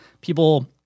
people